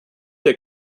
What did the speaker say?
der